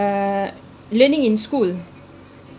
learning in school